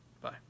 Bye